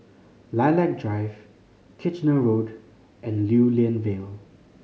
Lilac Drive Kitchener Road and Lew Lian Vale